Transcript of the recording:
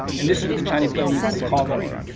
and this is what the chinese government's calling it.